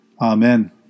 Amen